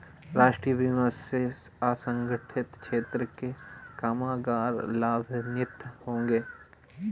राष्ट्रीय बीमा से असंगठित क्षेत्र के कामगार लाभान्वित होंगे